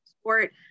Sport